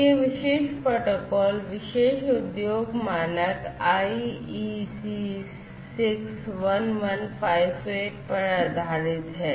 यह विशेष प्रोटोकॉल विशेष उद्योग मानक IEC 61158 पर आधारित है